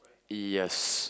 yes